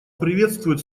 приветствует